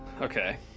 okay